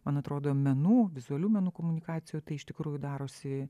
man atrodo menų vizualių menų komunikacijų tai iš tikrųjų darosi